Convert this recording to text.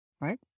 right